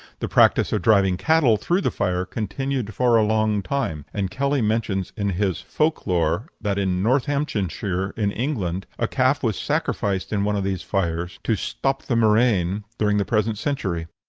the practice of driving cattle through the fire continued for a longtime, and kelly mentions in his folk-lore that in northamptonshire, in england, a calf was sacrificed in one of these fires to stop the murrain during the present century.